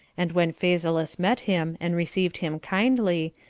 and when phasaelus met him, and received him kindly,